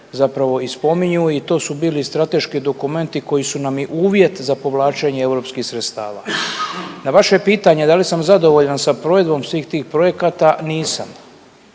zapravo i spominju i to su bili strateški dokumenti koji su nam i uvjet za povlačenje europskih sredstava. Na vaše pitanje da li sam zadovoljan sa provedbom svih tih projekata, nisam.